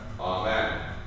Amen